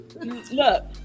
Look